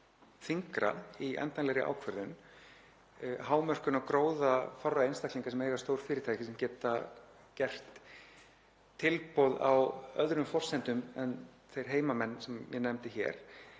þyngra í endanlegri ákvörðun, hámörkun gróða fárra einstaklinga sem eiga stór fyrirtæki sem geta gert tilboð á öðrum forsendum en þeir heimamenn sem ég nefndi hér